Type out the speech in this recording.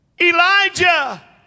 Elijah